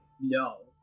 No